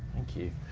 thank you.